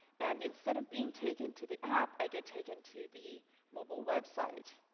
and instead of being taken to the app, i get taken to the mobile website.